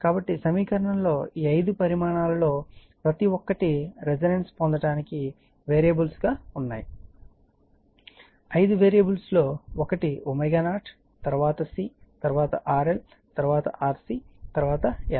కాబట్టి సమీకరణంలో ఈ ఐదు పరిమాణాలలో ప్రతి ఒక్కటి రెసోనెన్స్ పొందటానికి వేరియబుల్స్ గా ఉన్నాయి ఐదు వేరియబుల్స్ ఒకటి ω0 తరువాత C తరువాత RL తరువాత RC తరువాత L